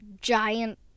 giant